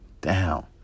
down